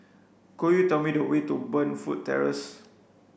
could you tell me the way to Burnfoot Terrace